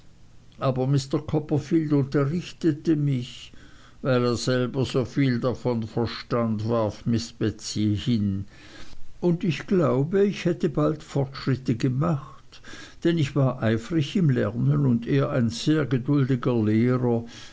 aber mr copperfield unterrichtete mich weil er selber so viel davon verstand warf miß betsey hin und ich glaube ich hätte bald fortschritte gemacht denn ich war eifrig im lernen und er ein sehr geduldiger lehrer